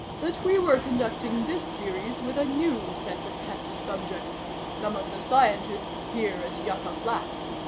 that we were conducting this series with a new set of test subjects some of the scientists here at yucca flats.